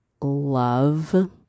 love